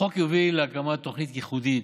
החוק יוביל להקמת תוכנית ייחודית,